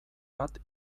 bat